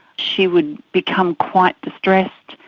she would become quite distressed.